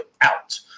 out